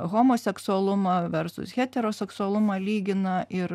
homoseksualumą versus heteroseksualumą lygina ir